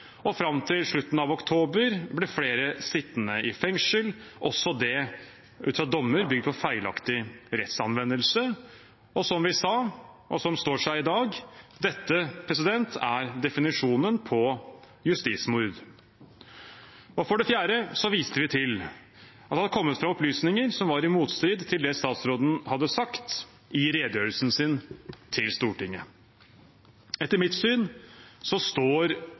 og fram til slutten av oktober ble flere sittende i fengsel, også det ut fra dommer bygd på feilaktig rettsanvendelse. Som vi sa – og som står seg i dag: Dette er definisjonen på justismord. For det fjerde viste vi til at det var kommet fram opplysninger som var i motstrid til det statsråden hadde sagt i redegjørelsen sin til Stortinget. Etter mitt syn står